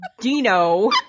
dino